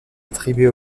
attribuée